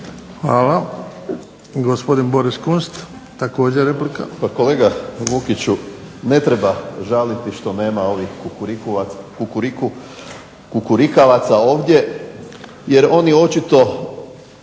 Hvala. Gospodin Boris Kunst, također replika. **Kunst, Boris (HDZ)** Pa kolega Vukiću ne treba žaliti što nema ovih kukurikavaca ovdje, jer njih očito